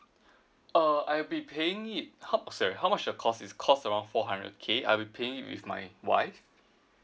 uh I'd be paying it how sorry how much the cost is cost around four hundred K I'd be paying it with my wife